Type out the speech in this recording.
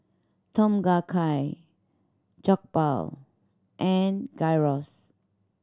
Tom Kha Gai Jokbal and Gyros